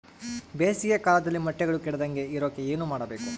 ಬೇಸಿಗೆ ಕಾಲದಲ್ಲಿ ಮೊಟ್ಟೆಗಳು ಕೆಡದಂಗೆ ಇರೋಕೆ ಏನು ಮಾಡಬೇಕು?